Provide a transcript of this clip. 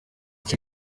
gace